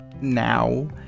now